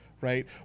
right